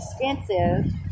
expensive